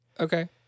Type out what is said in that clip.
Okay